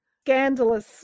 scandalous